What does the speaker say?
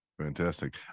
Fantastic